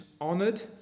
honoured